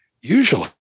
usually